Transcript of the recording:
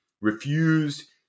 refused